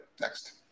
Next